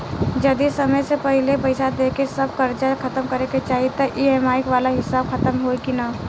जदी समय से पहिले पईसा देके सब कर्जा खतम करे के चाही त ई.एम.आई वाला हिसाब खतम होइकी ना?